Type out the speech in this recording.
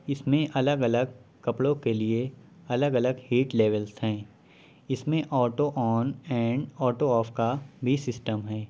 اس میں الگ الگ کپڑوں کے لیے الگ الگ ہیٹ لیولس ہیں اس میں auto on and auto off کا بھی سسٹم ہے